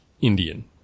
Indian